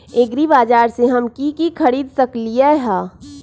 एग्रीबाजार से हम की की खरीद सकलियै ह?